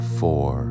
four